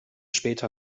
später